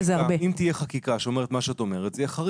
זה לא